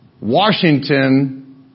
Washington